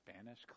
spanish